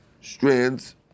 strands